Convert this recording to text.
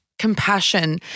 Compassion